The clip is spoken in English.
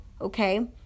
okay